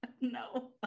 No